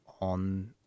on